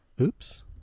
oops